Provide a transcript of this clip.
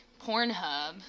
Pornhub